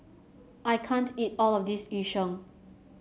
I can't eat all of this Yu Sheng